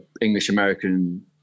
English-American